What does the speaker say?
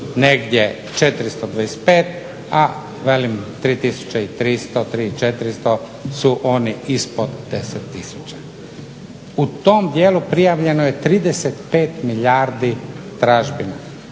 negdje 425, a velim 3300 ili 3400 su oni ispod 10 tisuća. U tom dijelu prijavljeno je 35 milijardi tražbina,